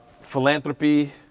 Philanthropy